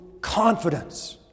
confidence